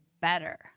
better